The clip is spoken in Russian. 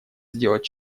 сделать